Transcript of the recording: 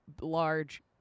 large